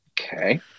Okay